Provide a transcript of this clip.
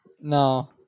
No